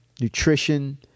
nutrition